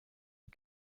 die